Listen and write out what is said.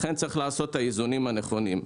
ולכן צריך לעשות את האיזונים הנכונים.